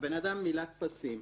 הבן אדם מילא טפסים,